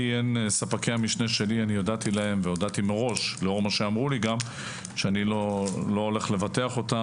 לספקי המשנה שלי הודעתי והודעתי מראש שאני לא הולך לבטח אותם,